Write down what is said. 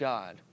God